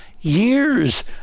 years